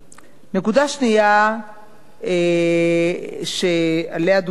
נקודה שנייה שעליה דובר כאן,